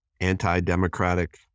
anti-democratic